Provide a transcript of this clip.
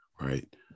right